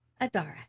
Adara